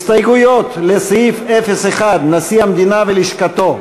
ההסתייגויות לסעיף 01, נשיא המדינה ולשכתו,